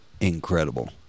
incredible